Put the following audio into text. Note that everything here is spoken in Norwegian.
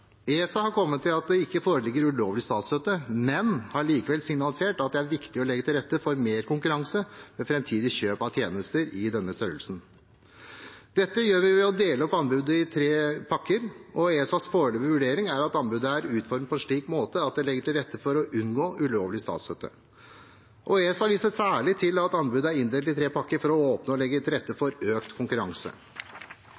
ESA har kommet til at det ikke foreligger ulovlig statsstøtte, men har likevel signalisert at det er viktig å legge til rette for mer konkurranse ved framtidige kjøp av tjenester i denne størrelsesordenen. Dette gjør vi ved å dele anbudet opp i tre pakker, og ESAs foreløpige vurdering er at anbudet er utformet på en slik måte at det legger til rette for å unngå ulovlig statsstøtte. ESA viser særlig til at anbudet er inndelt i tre pakker for å åpne og legge til rette